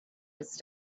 his